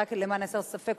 רק למען הסר ספק,